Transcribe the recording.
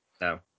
No